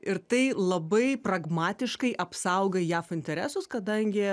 ir tai labai pragmatiškai apsaugo jav interesus kadangi